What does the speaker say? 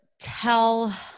tell